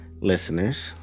listeners